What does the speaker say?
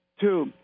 Two